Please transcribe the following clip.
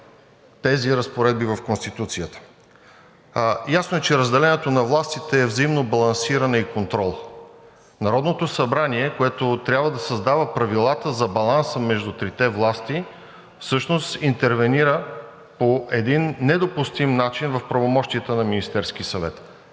тези разпоредби в Конституцията. Ясно е, че разделението на властите е взаимно балансиране и контрол. Народното събрание, което трябва да създава правилата за баланса между трите власти, всъщност интервенира по един недопустим начин в правомощията на Министерския съвет.